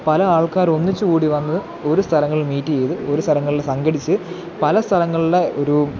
പല ആൾക്കാരൊന്നിച്ചു കൂടി വന്ന് ഒരു സ്ഥലങ്ങളിൽ മീറ്റ് ചെയ്ത് ഒരു സ്ഥലങ്ങളിൽ സംഘടിച്ചു പലസ്ഥലങ്ങളിലെ ഒരു